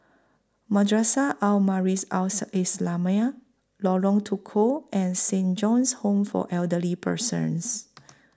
Madrasah Al Islamiah Lorong Tukol and Saint John's Home For Elderly Persons